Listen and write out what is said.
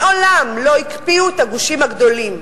מעולם לא הקפיאו את הגושים הגדולים.